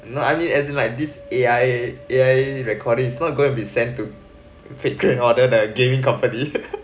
mm lah I mean as in like this A_I A_I recording is not going to be sent to fate grand order that gaming company